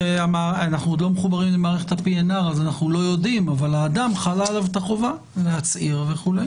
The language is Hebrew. על האדם חלה חובה להצהיר וכו',